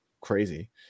crazy